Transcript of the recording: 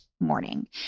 morning